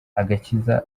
agakiza